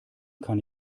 kann